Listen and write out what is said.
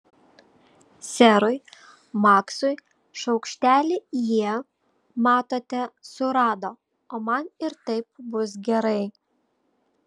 serui maksui šaukštelį jie matote surado o man ir taip bus gerai